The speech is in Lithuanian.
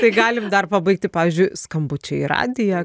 tai galim dar pabaigti pavyzdžiui skambučiai į radiją